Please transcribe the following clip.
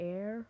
Air